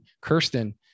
Kirsten